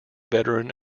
veteran